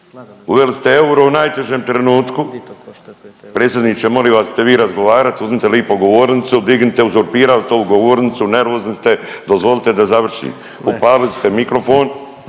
Di to košta 5 eura?/… Predsjedniče molim vas ako ćete vi razgovarat uzmite lipo govornicu, dignite, uzurpirali ste ovu govornicu, nervozni ste, dozvolite da završim. Upalili ste mikrofon